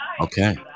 Okay